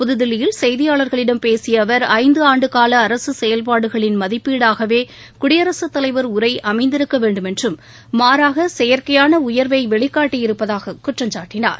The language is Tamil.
புதுதில்லியில் செய்தியாளர்களிடம் பேசிய அவர் ஐந்து ஆண்டுகால அரசு செயல்பாடுகளின் மதிப்பீடாகவே குடியரசுத் தலைவா் உரை அமைந்திருக்க வேண்டுமென்றும் மாறாக செயற்கையான உயாவை வெளிக்காட்டியிருப்பதாகக் குற்றம்சாட்டினார்